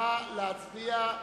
נא להצביע.